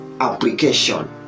application